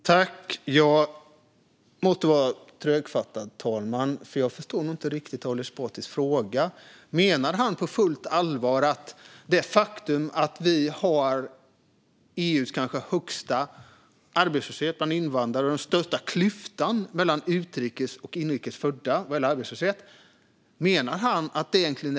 Fru talman! Jag måste vara trögfattad, för jag förstår inte riktigt Ali Esbatis fråga. Menar han på fullt allvar att det faktum att vi har EU:s kanske högsta arbetslöshet bland invandrare och största klyfta mellan utrikes och inrikes födda vad gäller arbetslöshet egentligen är ett hälsotecken?